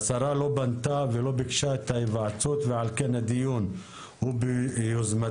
השרה לא פנתה ולא ביקשה את ההיוועצות ועל כן הדיון הוא ביוזמתי,